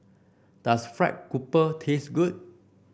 does fried grouper taste good